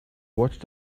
watched